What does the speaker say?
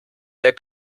der